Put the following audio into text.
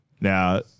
Now